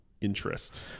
interest